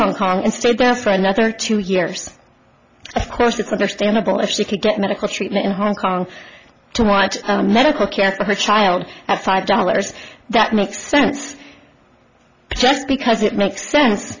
hong kong and stayed there for another two years of course it's understandable if she could get medical treatment in hong kong to watch medical care for her child at five dollars that makes sense just because it makes sense